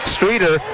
Streeter